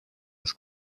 des